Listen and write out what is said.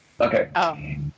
Okay